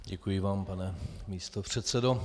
Děkuji vám, pane místopředsedo.